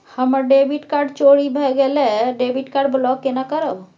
हमर debit card चोरी भगेलै डेबिट कार्ड ब्लॉक केना करब?